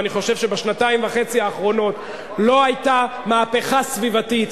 אבל אני חושב שבשנתיים וחצי האחרונות לא היתה מהפכה סביבתית,